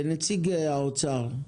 נציג האוצר,